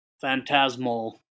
phantasmal